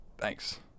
thanks